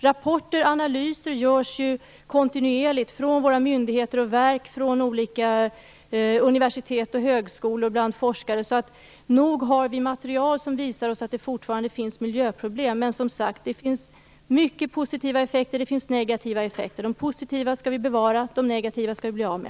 Rapporter och analyser görs kontinuerligt från våra myndigheter och verk, från olika universitet och högskolor samt bland forskare. Nog har vi alltså material som visar att det fortfarande finns miljöproblem. Men, som sagt: Det finns många positiva effekter och det finns också negativa effekter. De positiva skall vi bevara. De negativa skall vi bli av med.